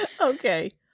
okay